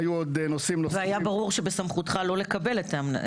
והיה ברור שבסמכותך לא לקבל את זה.